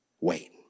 wait